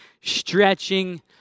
stretching